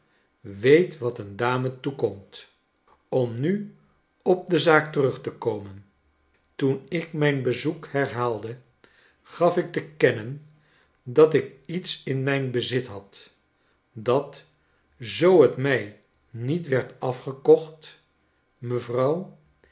weet wat een dame toekomt cm nu op de zaak terug te komen toen ik mijn bezoek herhaalde gaf ik te kennen dat ik iets in mijn bezit had dat zoo het mij niet werd afgekocht mevrouw